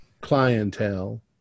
clientele